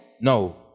No